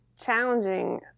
challenging